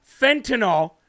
fentanyl